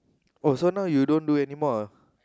oh so now you don't do anymore ah